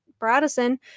Bradison